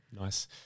nice